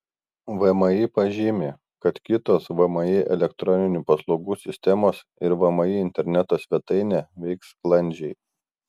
vmi pažymi kad kitos vmi elektroninių paslaugų sistemos ir vmi interneto svetainė veiks sklandžiai